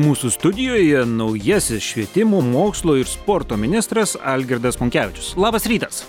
mūsų studijoje naujasis švietimo mokslo ir sporto ministras algirdas monkevičius labas rytas